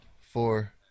four